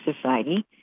Society